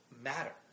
matter